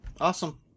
Awesome